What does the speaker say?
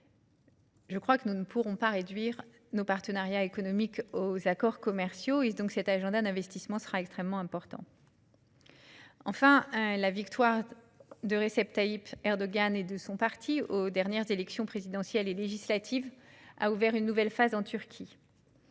Je pense que nous ne pourrons pas réduire notre partenariat économique aux accords commerciaux. Cet agenda d'investissements sera donc extrêmement important. La victoire de Recep Tayyip Erdogan et de son parti aux dernières élections présidentielle et législatives a ouvert une nouvelle phase en Turquie.